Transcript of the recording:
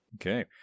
Okay